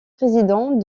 président